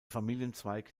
familienzweig